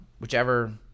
whichever